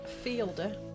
Fielder